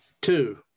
Two